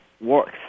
works